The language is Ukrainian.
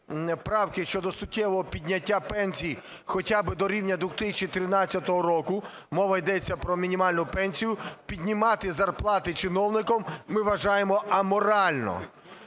правки щодо суттєвого підняття пенсій хоча би до рівня 2013 року, мова йде про мінімальну пенсію, піднімати зарплати чиновникам ми вважаємо аморальним.